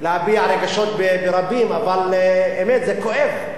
להביע רגשות ברבים, אבל האמת, זה כואב,